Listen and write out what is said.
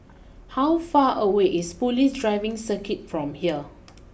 how far away is police Driving Circuit from here